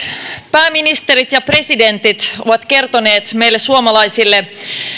pääministerit ja presidentit ovat kertoneet meille suomalaisille